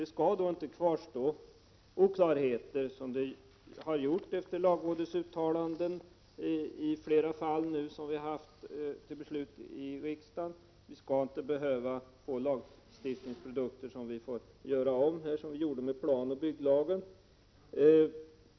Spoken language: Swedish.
Det skall inte kvarstå oklarheter som det har gjort efter lagrådsuttalanden i flera fall vilka varit uppe till beslut i riksdagen. Vi skall inte behöva få lagstiftningsprodukter som måste göras om, vilket var fallet med planoch bygglagen.